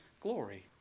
glory